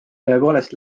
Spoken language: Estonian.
tõepoolest